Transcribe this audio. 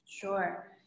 Sure